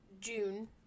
June